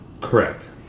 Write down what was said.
Correct